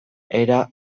era